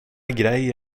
grej